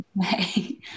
Hey